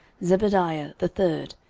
zebadiah the third,